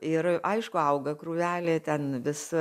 ir aišku auga krūvelė ten vis